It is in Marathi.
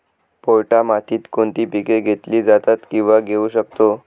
पोयटा मातीत कोणती पिके घेतली जातात, किंवा घेऊ शकतो?